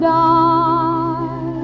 die